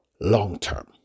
long-term